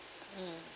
mm